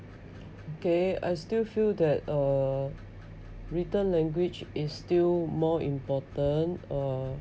K I still feel that uh written language is still more important uh